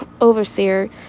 overseer